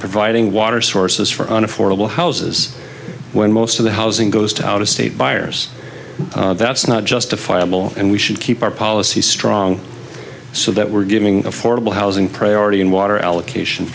providing water sources for an affordable houses when most of the housing goes to out of state buyers that's not justifiable and we should keep our policy strong so that we're giving affordable housing priority and water allocation